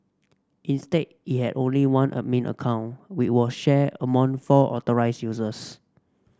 instead it had only one admin account we were shared among four authorised users